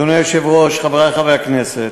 אדוני היושב-ראש, חברי חברי הכנסת,